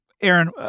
Aaron